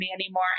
anymore